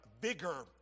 bigger